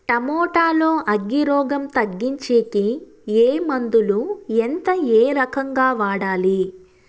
Tomato లో అగ్గి రోగం తగ్గించేకి ఏ మందులు? ఎంత? ఏ రకంగా వాడాలి?